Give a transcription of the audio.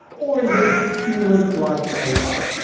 or indeed, human like ai.